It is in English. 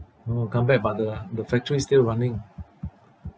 uh come back but the the factory still running